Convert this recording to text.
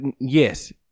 Yes